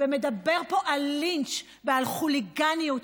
ומדבר פה על לינץ' ועל חוליגניות.